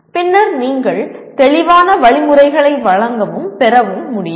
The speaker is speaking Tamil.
பின்னர் நீங்கள் தெளிவான வழிமுறைகளை வழங்கவும் பெறவும் முடியும்